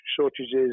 shortages